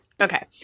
Okay